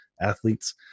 athletes